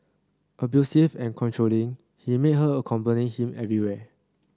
abusive and controlling he made her accompany him everywhere